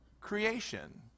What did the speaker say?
creation